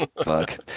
Fuck